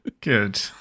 good